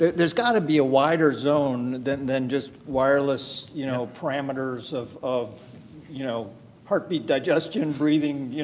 there's got to be a wider zone than than just wireless you know parameters of of you know heartbeat digestion, breathing.